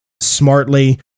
smartly